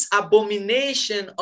abomination